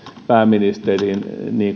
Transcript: pääministerin